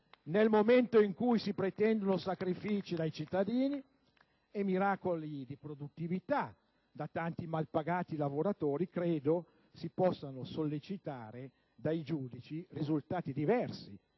Nel momento in cui si pretendono sacrifici dai cittadini e miracoli di produttività da tanti malpagati lavoratori, credo si possano sollecitare dai giudici risultati diversi